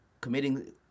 committing